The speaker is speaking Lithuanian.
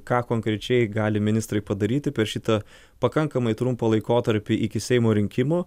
ką konkrečiai gali ministrai padaryti per šitą pakankamai trumpą laikotarpį iki seimo rinkimų